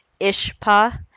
Ishpa